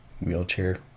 wheelchair